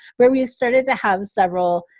where we started to have several